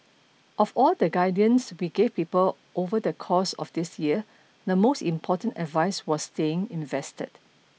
of all the guidance we gave people over the course of this year the most important advice was staying invested